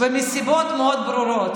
ומסיבות מאוד ברורות,